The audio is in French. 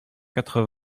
quatre